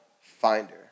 finder